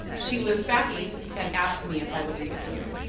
she lives back east and asked me if i would read it to you.